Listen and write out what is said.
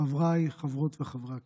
חבריי חברות וחברי הכנסת,